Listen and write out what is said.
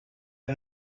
are